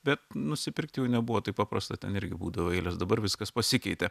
bet nusipirkti jų nebuvo taip paprasta ten irgi būdavo eilės dabar viskas pasikeitė